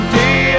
day